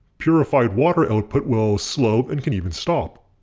purified water output will slow and can even stop.